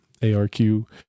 ARQ